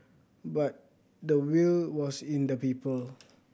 but the will was in the people